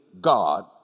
God